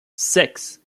six